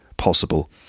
Possible